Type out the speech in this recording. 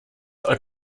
are